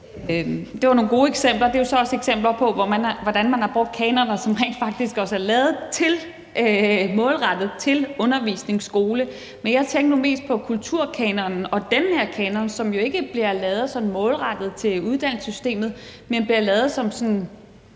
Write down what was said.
Det var nogle gode eksempler, og det er jo så også eksempler på, hvordan man har brugt kanoner, som rent faktisk også er målrettet til undervisning i skolen. Men jeg tænkte nu mest på kulturkanonen og den her kanon, som jo ikke bliver lavet sådan målrettet til uddannelsessystemet, men bliver lavet som sådan